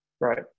Right